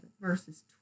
verses